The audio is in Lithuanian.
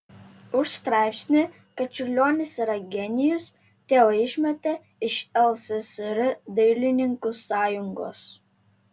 už straipsnį kad čiurlionis yra genijus tėvą išmetė iš lssr dailininkų sąjungos